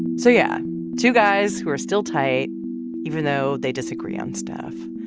so yeah, two guys who are still tight even though they disagree on stuff.